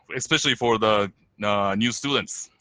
especially for the new students.